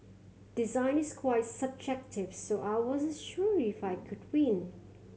design is quite subjective so I wasn't sure if I could win